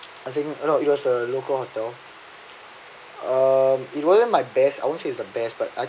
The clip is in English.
I think a lot of it was a local hotel um it wasn't my best I won't say it's the best but I